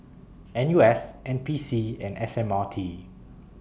N U S N P C and S M R T